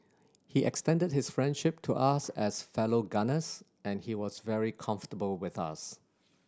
he extended his friendship to us as fellow gunners and he was very comfortable with us